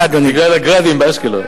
בגלל הגזים באשקלון.